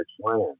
land